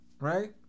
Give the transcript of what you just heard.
right